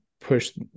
push